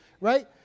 right